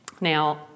Now